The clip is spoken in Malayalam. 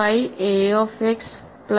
phi a of plus phi a of y